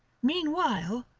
meanwhile,